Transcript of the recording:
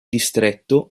distretto